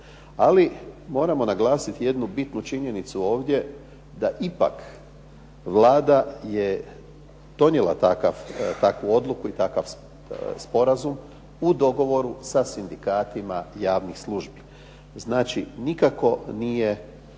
Ali moramo naglasiti jednu bitnu činjenicu ovdje da ipak Vlada je donijela takvu odluku i takav sporazum u dogovoru sa Sindikatima javnih službi. Znači nikako nije